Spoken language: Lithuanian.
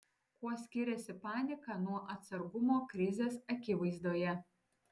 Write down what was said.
kuo skiriasi panika nuo atsargumo krizės akivaizdoje